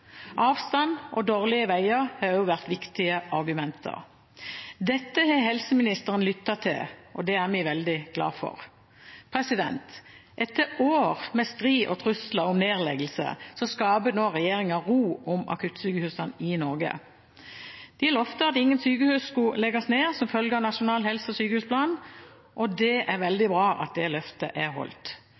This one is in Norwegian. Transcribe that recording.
Avstand og dårlige veier har også vært viktige argumenter. Dette har helseministeren lyttet til, og det er vi veldig glad for. Etter år med strid og trusler om nedleggelse skaper regjeringen nå ro rundt akuttsykehusene i Norge. De lovet at ingen sykehus skulle legges ned som følge av Nasjonal helse- og sykehusplan, og det er veldig bra at det løftet er holdt.